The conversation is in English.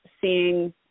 seeing